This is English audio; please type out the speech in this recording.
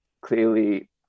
clearly